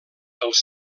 els